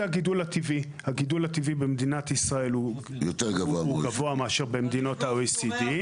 זה הגידול הטבעי במדינת ישראל שהוא יותר גבוה מאשר במדינות ה-OECD.